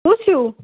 کُس ہیوٗ